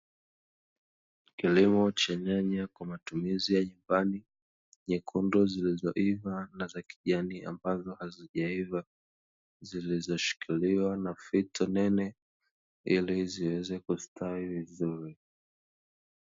Kilimo cha nyanya kwa matumizi ya nyumbani, nyekundu zilizoiva na za kijani ambazo hazijaiva, zilizoshikiliwa na fito nene ili ziweze kustawi vizuri.